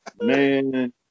Man